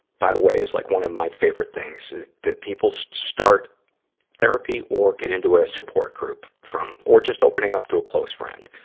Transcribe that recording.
by the way, is like one of my favorite things that people so start therapy or get into a support group from or just opening up to a close friend.